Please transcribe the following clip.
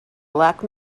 black